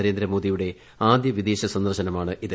നരേന്ദ്രമോദിയുടെ ആദ്യ വിദേശ സന്ദർശന മാണിത്